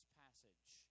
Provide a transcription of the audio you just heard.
passage